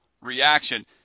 reaction